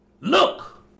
Look